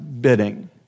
bidding